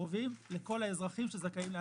לגבי אנשים שנכנסים ויוצאים,